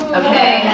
okay